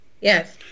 Yes